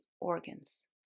organs